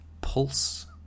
Pulse